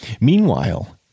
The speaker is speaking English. Meanwhile